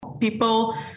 People